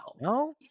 no